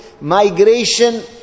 migration